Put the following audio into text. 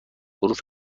حروف